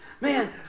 Man